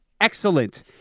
Excellent